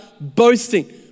boasting